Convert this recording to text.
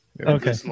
Okay